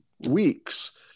weeks